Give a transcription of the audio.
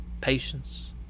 patience